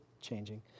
changing